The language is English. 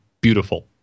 beautiful